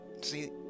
See